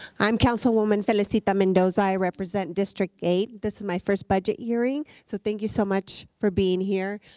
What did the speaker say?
i'm councilwoman felicita mendoza. i represent district eight. this is my first budget hearing. so thank you so much for being here.